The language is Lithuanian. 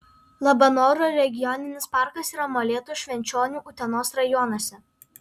labanoro regioninis parkas yra molėtų švenčionių utenos rajonuose